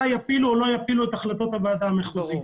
יפילו או לא יפילו את החלטות הוועדה המחוזית.